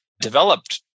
developed